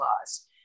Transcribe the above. laws